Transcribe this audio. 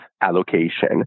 allocation